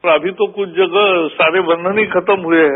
और अभी तो कुछ जगह सारे बंघन ही खत्म हुए हैं